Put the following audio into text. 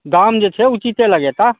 दाम जे छै उचिते लगेता